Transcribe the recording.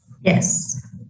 Yes